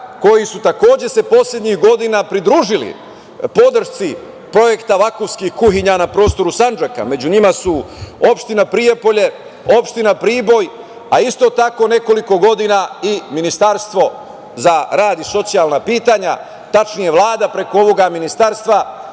koji su se takođe poslednjih godina pridružili podršci projekta „Vakufskih kuhinja“ na prostoru Sandžaka. Među njima su opština Prijepolje, opština Priboj, a isto tako, nekoliko godina i Ministarstvo za rad, socijalna pitanja, tačnije Vlada preko ovog ministarstva.